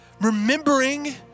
remembering